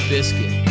Biscuit